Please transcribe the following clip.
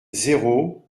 zéro